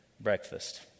breakfast